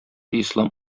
ислам